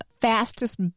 fastest